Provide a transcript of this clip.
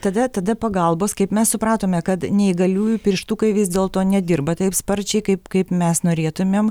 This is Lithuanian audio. tada tada pagalbos kaip mes supratome kad neįgaliųjų pirštukai vis dėlto nedirba taip sparčiai kaip kaip mes norėtumėm